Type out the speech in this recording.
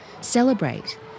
celebrate